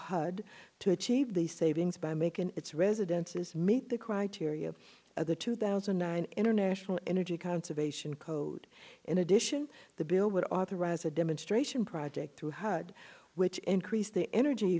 hud to achieve the savings by making its residences meet the criteria of the two thousand and nine international energy conservation code in addition the bill would authorize a demonstration project through hud which increased the energy